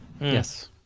Yes